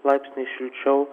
laipsniais šilčiau